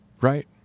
Right